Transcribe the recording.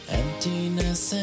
emptiness